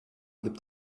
gibt